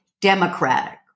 Democratic